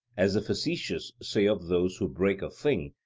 as the facetious say of those who break a thing,